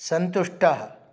सन्तुष्टः